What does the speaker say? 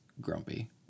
grumpy